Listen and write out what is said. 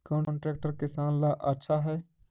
कौन ट्रैक्टर किसान ला आछा है?